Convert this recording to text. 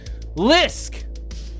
Lisk